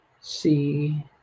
see